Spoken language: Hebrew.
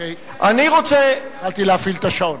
אוקיי, התחלתי להפעיל את השעון.